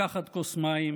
לקחת כוס מים